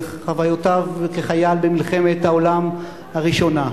על חוויותיו כחייל במלחמת העולם הראשונה.